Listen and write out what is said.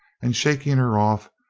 and, shaking her off,